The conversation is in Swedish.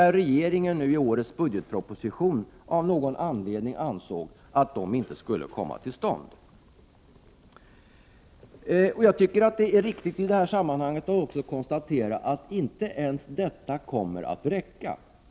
Regeringen ansåg i årets budgetproposition av någon anledning att de 29 inte skulle komma till stånd. Jag tycker att det är viktigt att i det här sammanhanget konstatera att inte ens detta kommer att räcka.